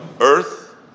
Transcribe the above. earth